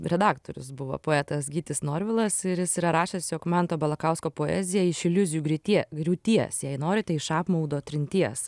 redaktorius buvo poetas gytis norvilas ir jis yra rašęs jog manto balakausko poezija iš iliuzijų griūties griūties jei norite iš apmaudo trinties